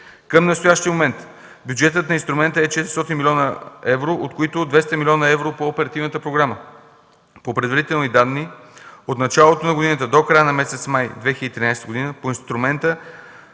Към настоящия момент бюджетът на инструмента е 400 млн. евро, от които 200 млн. евро по оперативната програма. По предварителни данни от началото на годината до края на месец май 2013 г. по инструмента